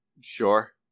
Sure